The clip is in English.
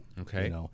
Okay